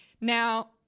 Now